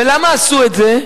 ולמה עשו את זה?